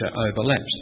overlaps